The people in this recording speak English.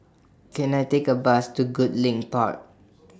Can I Take A Bus to Goodlink Park